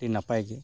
ᱟᱹᱰᱤ ᱱᱟᱯᱟᱭ ᱜᱮᱭᱟ